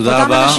תודה רבה,